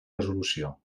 resolució